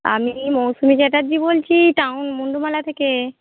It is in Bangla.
আমি মৌসুমি চ্যাটার্জি বলছি টাউন মুণ্ডমালা থেকে